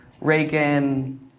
Reagan